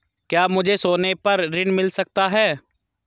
क्या मुझे सोने पर ऋण मिल सकता है?